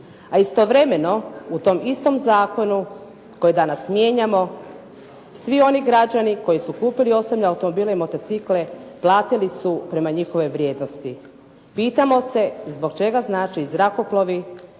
a istovremeno u tom istom zakonu koji danas mijenjamo svi oni građani koji su kupili osobne automobile i motocikle platili su prema njihovoj vrijednosti. Pitamo se zbog čega znači zrakoplovi